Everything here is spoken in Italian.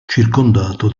circondato